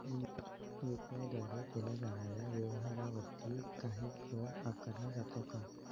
UPI द्वारे केल्या जाणाऱ्या व्यवहारावरती काही कर आकारला जातो का?